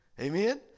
Amen